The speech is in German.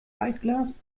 altglas